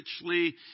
richly